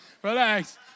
Relax